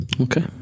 Okay